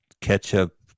ketchup